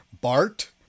Bart